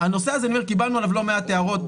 על הנושא הזה, אני אומר, קיבלנו לא מעט הערות.